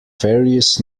various